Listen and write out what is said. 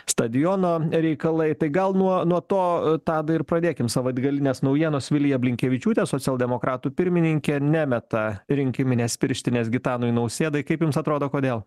stadiono reikalai tai gal nuo nuo to tadai ir pradėkim savaitgalines naujienas vilija blinkevičiūtė socialdemokratų pirmininkė nemeta rinkiminės pirštinės gitanui nausėdai kaip jums atrodo kodėl